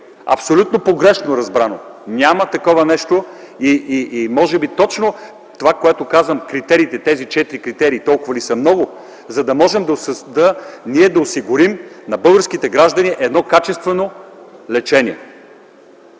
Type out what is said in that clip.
абсолютно погрешно разбрано, няма такова нещо. Може би точно това, което казвам за четирите критерия. Толкова ли са много, за да можем да осигурим на българските граждани качествено лечение?